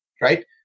right